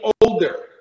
older